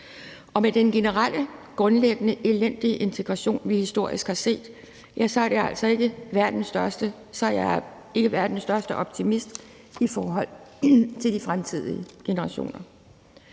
Med den generelle, grundlæggende elendige integration, vi historisk har set, ja, så er jeg altså ikke verdens største optimist i forhold til de fremtidige generationer.